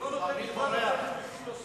הוא לא נותן תשובה על שום נושא.